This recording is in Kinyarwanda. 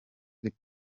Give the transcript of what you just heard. ariko